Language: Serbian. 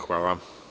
Hvala.